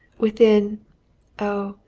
within oh,